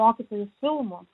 mokytojų filmų